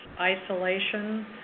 isolation